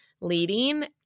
leading